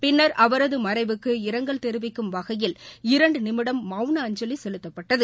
பின்னா் அவரது மறைவுக்கு இரங்கல் தெரிவிக்கும் வகையில் இரண்டு நிமிடம் மவுன அஞ்சலி செலுத்தப்பட்டது